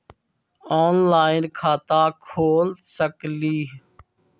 Online खाता खोल सकलीह?